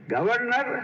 Governor